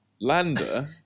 Lander